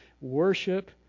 worship